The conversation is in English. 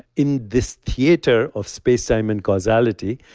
in this theater of space, time, and causality,